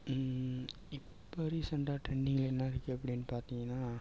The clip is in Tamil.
இப்போ ரீசெண்ட்டாக ட்ரெண்டிங்கில என்ன இருக்குது அப்படின் பார்த்திங்கன்னா